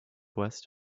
west